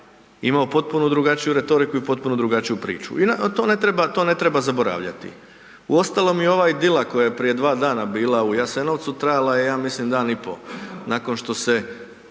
imao potpuno drugačiju retoriku i potpuno drugačiju priču i to ne treba, to ne treba zaboravljati. Uostalom, i ova idila koja je prije 2 dana bila u Jasenovcu trajala je, ja mislim, dan i po. Nakon što se